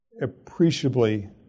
appreciably